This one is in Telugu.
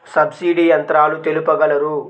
సబ్సిడీ యంత్రాలు తెలుపగలరు?